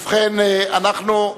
ובכן, אנחנו,